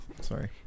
sorry